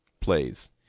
Plays